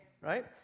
Right